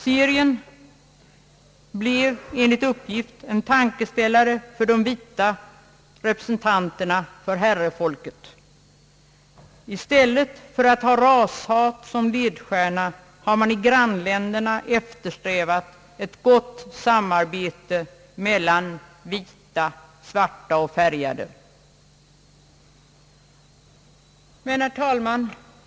Serien blev enligt uppgift en tankeställare för de vita representanterna för herrefolket. I stället för att ha rashat som ledstjärna har man i grannländerna eftersträvat ett gott samarbete mellan vita och färgade.